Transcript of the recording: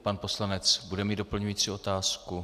Pan poslanec bude mít doplňující otázku?